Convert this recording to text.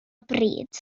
bryd